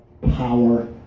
power